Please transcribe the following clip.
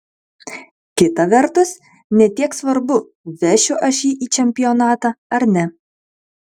kita vertus ne tiek svarbu vešiu aš jį į čempionatą ar ne